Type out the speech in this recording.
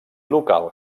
local